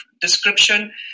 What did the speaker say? description